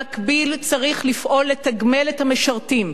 במקביל צריך לפעול לתגמל את המשרתים,